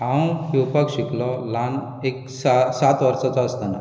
हांव पेंवपाक शिकलो ल्हान एक सात वर्साचो आसतना